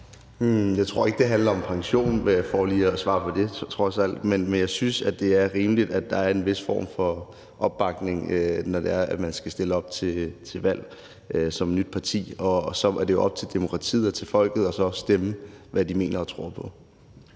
alt, for lige at svare på det. Men jeg synes, det er rimeligt, at der er en vis form for opbakning, når det er, at man skal stille op ved et valg som nyt parti. Så er det jo op til demokratiet og op til folket at stemme efter, hvad de mener og tror på.